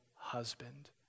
husband